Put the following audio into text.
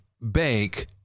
bank